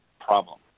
problem